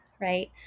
right